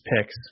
picks